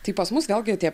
tai pas mus vėlgi tie